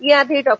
याआधी डॉ